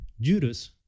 Judas